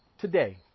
Today